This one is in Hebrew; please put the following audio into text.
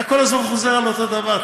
אתה כל הזמן חוזר על אותו הדבר.